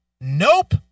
nope